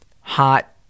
hot